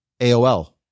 AOL